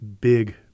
big